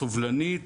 סובלנית,